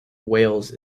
whales